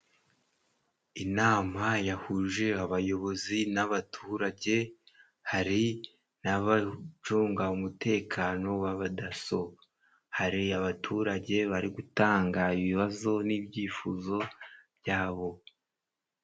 Inama yahuje abayobozi n'abaturage, hari n'abacunga umutekano w'abadaso, hari abaturage bari gutanga ibibazo n'ibyifuzo byabo.